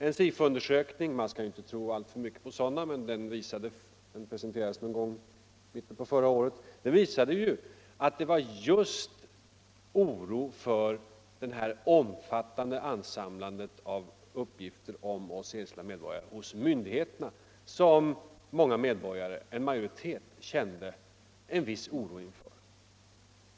En Sifoundersökning som presenterades i mitten av förra året — man skall förstås inte tro alltför mycket på sådana undersökningar — visade att det var just myndigheternas omfattande insamlande av uppgifter om de enskilda människorna som hos en majoritet av medborgarna ingav oro.